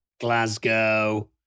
Glasgow